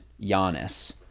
Giannis